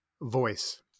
voice